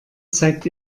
zeigt